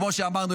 כמו שאמרנו,